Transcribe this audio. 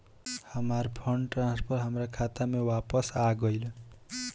हमार fund transfer हमार खाता में वापस आ गइल